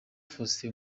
foster